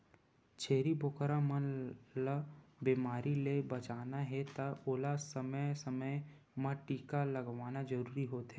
छेरी बोकरा मन ल बेमारी ले बचाना हे त ओला समे समे म टीका लगवाना जरूरी होथे